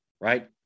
right